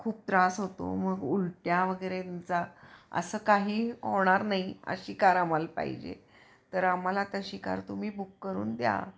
खूप त्रास होतो मग उलट्या वगैरेंचा असं काही होणार नाही अशी कार आम्हाला पाहिजे तर आम्हाला तशी कार तुम्ही बुक करून द्या